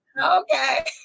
Okay